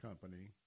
company